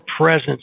presence